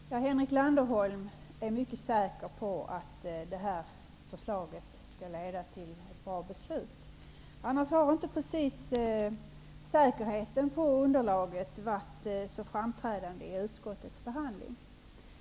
Herr talman! Henrik Landerholm är mycket säker på att det här förslaget skall leda till ett bra beslut. Annars har inte precis säkerheten i fråga om underlaget varit framträdande under utskottets behandling.